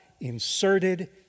inserted